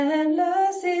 Endless